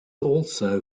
also